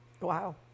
Wow